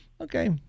Okay